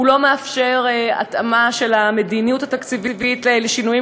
הוא לא מאפשר התאמה של המדיניות התקציבית לשינויים